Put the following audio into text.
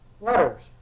letters